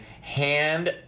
hand